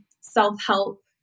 self-help